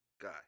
guy